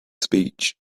speech